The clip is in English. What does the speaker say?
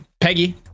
Peggy